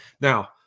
Now